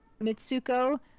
Mitsuko